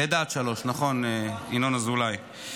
לידה עד שלוש, נכון, ינון אזולאי.